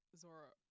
zora